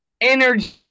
energy